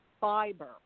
fiber